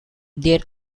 there